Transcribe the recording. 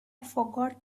forgot